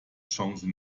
chance